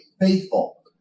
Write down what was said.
faithful